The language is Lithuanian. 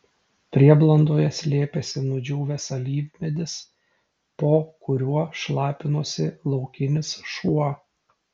prieblandoje slėpėsi nudžiūvęs alyvmedis po kuriuo šlapinosi laukinis šuo